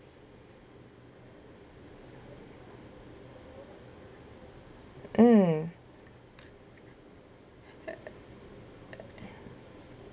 mm